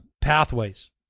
pathways